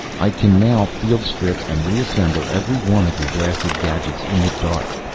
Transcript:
i can now field strip and reassemble every one of your blasted gadgets in the dark.